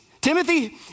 Timothy